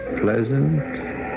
pleasant